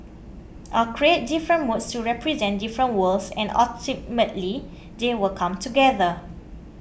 I'll create different moods to represent different worlds and ultimately they will come together